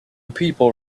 people